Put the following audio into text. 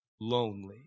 lonely